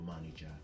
manager